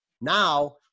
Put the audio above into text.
Now